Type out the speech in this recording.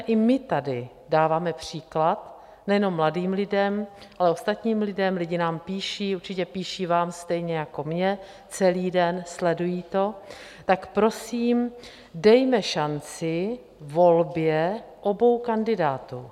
Tak pojďme i my tady dáváme příklad nejenom mladým lidem, ale i ostatním lidem, lidé nám píší, určitě píší vám stejně jako mně celý den, sledují to, tak prosím, dejme šanci volbě obou kandidátů.